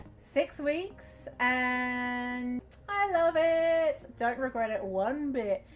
six weeks, and i love it, don't regret it one bit.